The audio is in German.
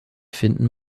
finden